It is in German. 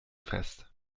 fest